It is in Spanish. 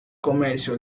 comercio